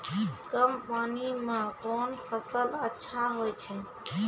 कम पानी म कोन फसल अच्छाहोय छै?